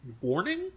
warning